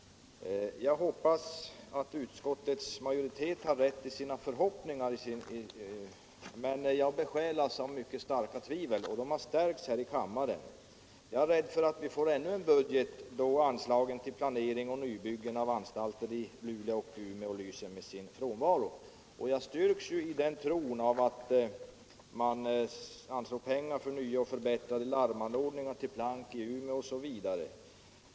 Jag hoppas att utskottets majoritet har rätt i sina förhoppningar, men jag besjälas av mycket starka tvivel, och de har stärkts här i kammaren. Jag är rädd för att vi får ännu en budget där anslagen till planering och nybyggen av anstalter i Luleå och Umeå lyser med sin frånvaro. Jag styrks i tron av att man anslår pengar till nya och förbättrade larmanordningar, till plank i Umeå osv.